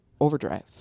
overdrive